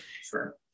Sure